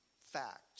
fact